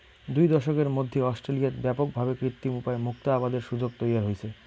দুই দশকের মধ্যি অস্ট্রেলিয়াত ব্যাপক ভাবে কৃত্রিম উপায় মুক্তা আবাদের সুযোগ তৈয়ার হইচে